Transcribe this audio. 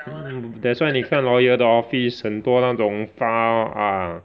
mm that's why 你看 lawyer 的 office 很多 file ah